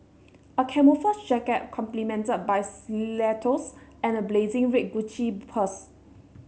a camouflage jacket complemented by stilettos and a blazing red Gucci purse